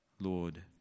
Lord